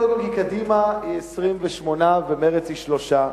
קודם כול כי קדימה היא 28 ומרצ היא שלושה,